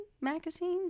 Magazine